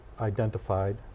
identified